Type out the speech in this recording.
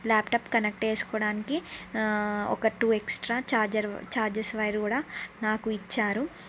laptop connect చేసుకోవడానికి ఒక two extra charger chargers wire కూడా నాకు ఇచ్చారు